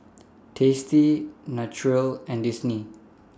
tasty Naturel and Disney